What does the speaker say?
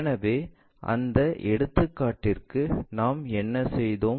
எனவே அந்த எடுத்துக்காட்டுக்கு நாம் என்ன செய்தோம்